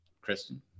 Kristen